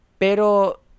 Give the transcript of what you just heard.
Pero